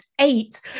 eight